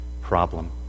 problem